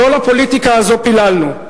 לא לפוליטיקה הזאת פיללנו,